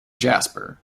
jasper